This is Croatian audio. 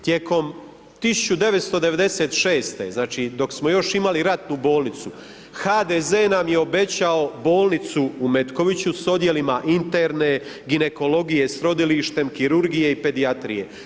Tijekom 1996., znači, dok smo još imali ratnu bolnicu, HDZ nam je obećao bolnicu u Metkoviću s odjelima interne, ginekologije s rodilištem, kirurgije i pedijatrije.